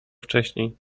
wcześniej